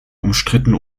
umstritten